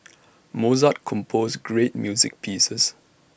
Mozart composed great music pieces